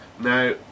Now